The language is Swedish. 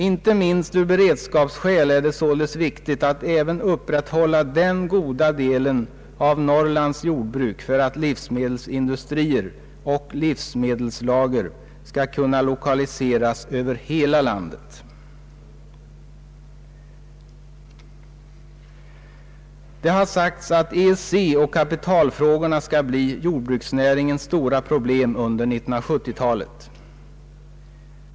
Inte minst av beredskapsskäl är det således viktigt att även upprätthålla den goda delen av Norrlands jordbruk för att livsmedelsindustrier och livsmedelslager skall kunna lokaliseras över hela landet. Det har sagts att EEC och kapitalfrågorna skall bli jordbruksnäringens stora problem under 1970-talet.